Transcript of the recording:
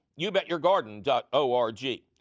YouBetYourGarden.org